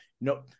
no